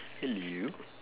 hello